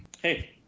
Hey